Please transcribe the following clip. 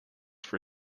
for